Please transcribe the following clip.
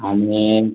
आणि